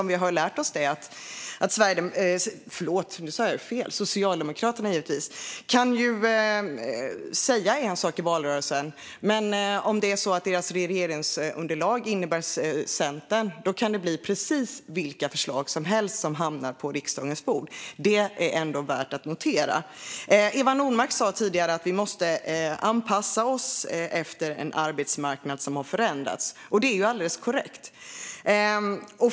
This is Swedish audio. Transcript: Vi har lärt oss att Socialdemokraterna kan säga en sak i valrörelsen, men om deras regeringsunderlag utgörs av Centern kan det bli precis vilka förslag som helst som hamnar på riksdagens bord. Det är ändå värt att notera. Eva Nordmark sa tidigare att vi måste anpassa oss efter en arbetsmarknad som har förändrats, och det är alldeles korrekt.